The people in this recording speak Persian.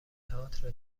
تئاتر